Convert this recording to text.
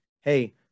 hey